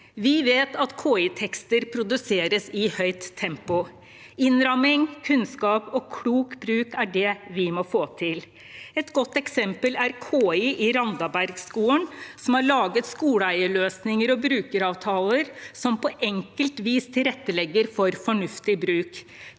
Vi vet at KI-tekster produseres i høyt tempo. Innramming, kunnskap og klok bruk er det vi må få til. Et godt eksempel er KI i Randabergskolen. De har laget skoleeierløsninger og brukeravtaler som på enkelt vis tilrettelegger for fornuftig bruk.